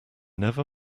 never